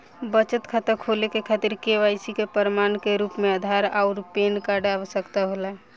बचत खाता खोले के खातिर केवाइसी के प्रमाण के रूप में आधार आउर पैन कार्ड के आवश्यकता होला